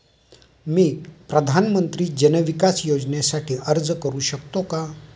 मी प्रधानमंत्री जन विकास योजनेसाठी अर्ज करू शकतो का?